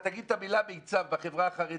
אז עד היום אם אתה תגיד את המילה מיצ"ב בחברה החרדית